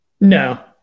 No